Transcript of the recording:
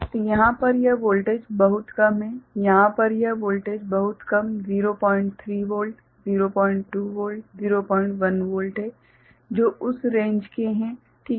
तो यहाँ पर यह वोल्टेज बहुत कम है यहाँ पर यह वोल्टेज बहुत कम 03 वोल्ट 02 वोल्ट 01 वोल्ट है जो उस रेंज के है ठीक है